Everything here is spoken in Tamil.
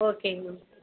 ஓகேங்க மேம்